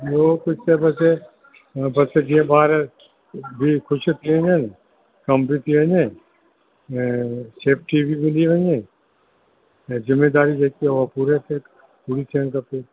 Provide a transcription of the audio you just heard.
ॿियो कुझु न खपे बसि जीअं ॿार बि ख़ुशि थी वञनि कमु बि थी वञे ऐं सेफ्टी मिली वञे ऐं ज़िमेदारी जेकी आहे उहा पूरी पूरी थियणु खपे